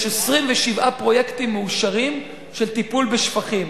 יש 27 פרויקטים מאושרים של טיפול בשפכים,